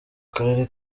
karere